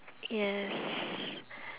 yes